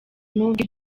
n’ubwo